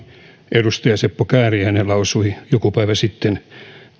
edustaja seppo kääriäinen lausui joku päivä sitten